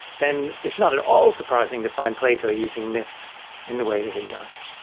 then it's not at all surprising to find plato using myths in the way that he does.